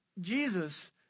Jesus